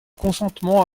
consentement